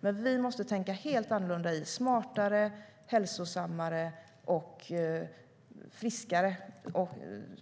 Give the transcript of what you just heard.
Men vi måste tänka helt annorlunda i smartare, hälsosammare och friskare